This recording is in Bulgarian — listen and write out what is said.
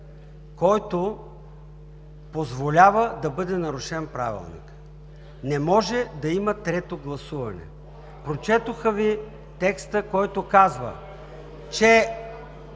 който позволява да бъде нарушен Правилникът. Не може да има трето гласуване! Прочетоха Ви текста, който казва, че